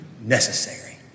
necessary